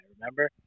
remember